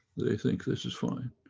they think this is fine.